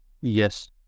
Yes